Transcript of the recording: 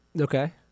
Okay